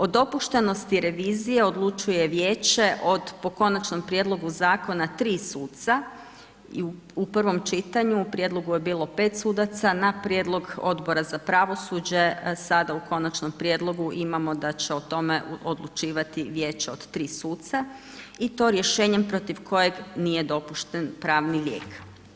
O dopuštenosti revizije odlučuje vijeće od, po Konačnom prijedlogu zakona, 3 suca i u prvom čitanju, u prijedlogu je bilo 5 sudaca na prijedlog Odbora za pravosuđe, sada u Konačnom prijedlogu imamo da će o tome odlučivati vijeće od 3 suca i to rješenjem protiv kojeg nije dopušten pravni lijek.